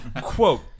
quote